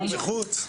מישהו מבחוץ.